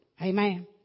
Amen